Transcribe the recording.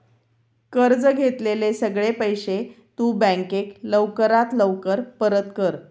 कर्ज घेतलेले सगळे पैशे तु बँकेक लवकरात लवकर परत कर